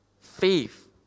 faith